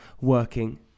working